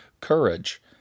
courage